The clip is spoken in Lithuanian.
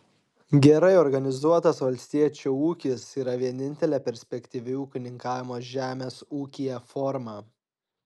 gerai organizuotas valstiečio ūkis yra vienintelė perspektyvi ūkininkavimo žemės ūkyje forma